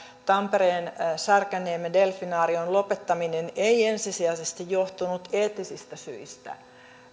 tampereen särkänniemen delfinaarion lopettaminen ei ensisijaisesti johtunut eettisistä syistä